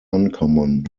uncommon